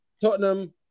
Tottenham